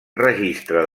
registre